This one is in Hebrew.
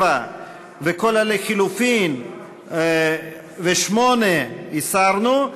7 וכל ההסתייגויות לחלופין ו-8, הסרנו.